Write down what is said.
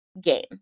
game